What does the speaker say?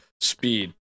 speed